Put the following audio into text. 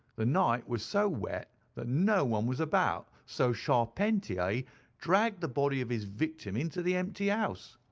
the night was so wet that no one was about, so charpentier dragged the body of his victim into the empty house.